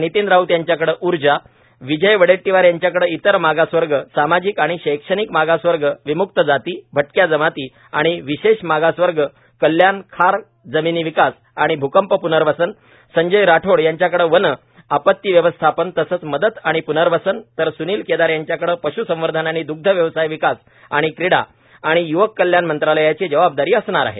नितीन राऊत यांच्याकडे ऊर्जा विजय वडेट्टीवार यांच्याकडे इतर मागासवर्ग सामाजिक आणि शैक्षणिक मागासप्रवर्ग विम्क्त जाती भटक्या जमाती आणि विशेष मागासप्रवर्ग कल्याण खार जमिनी विकास आणि भ्कंप प्र्नवसन संजय राठोड यांच्याकडे वनं आपती व्यवस्थापन तसंच मदत आणि प्नर्वसन तर स्नील केदार यांच्याकडे पश्संवर्धन आणि दुग्ध व्यवसाय विकास आणि क्रिडा आणि य्वक कल्याण मंत्रालयाची जबाबादारी असणार आहे